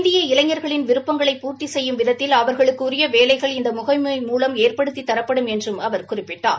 இந்திய இளைஞா்களின் விருப்பங்களை பூர்த்தி செய்யும் விதத்தில் அவா்களுக்கு உரிய வேலைகள் இந்த முகமை மூலம் ஏற்படுத்தித்தரப்படும் என்று அவர் குறிப்பிட்டார்